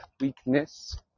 weakness